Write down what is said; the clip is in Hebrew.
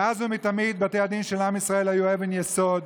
מאז ומתמיד בתי הדין של עם ישראל היו אבן יסוד.